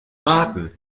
warten